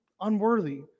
unworthy